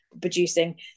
producing